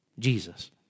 Jesus